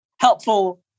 helpful